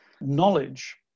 knowledge